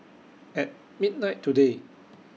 At midnight today